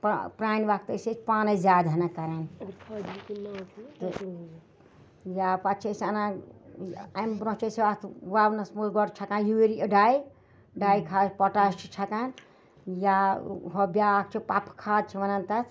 پرٛ پرٛانہِ وقتہٕ ٲسۍ أسۍ پانَے زیادٕ ہَنہ کَران تہٕ یا پَتہٕ چھِ أسۍ اَنان اَمہِ بروںٛہہ چھِ أسہِ اَتھ وَونَس منٛز گۄڈٕ چھَکان یوٗری ڈاے ڈاے کھاد پوٚٹاش چھِ چھَکان یا ہو بیٛاکھ چھِ پۄپہٕ کھاد چھِ وَنان تَتھ